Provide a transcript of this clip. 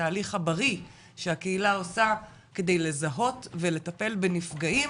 התהליך הבריא שהקהילה עושה כדי לזהות ולטפל בנפגעים,